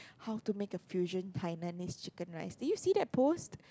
how to make a fusion Hainanese Chicken Rice did you see that post